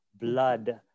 blood